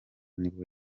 nibwo